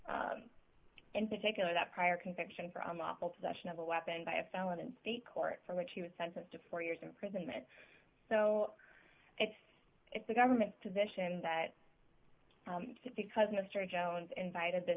in particular that prior conviction from awful possession of a weapon by a felon in state court from which he was sentenced to four years imprisonment so it's if the government position that because mr jones invited t